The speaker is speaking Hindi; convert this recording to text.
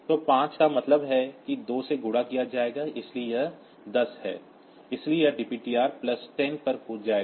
तो 5 का मतलब है कि 2 से गुणा किया जाएगा इसलिए यह 10 है इसलिए यह DPTR प्लस 10 पर जंप जाएगा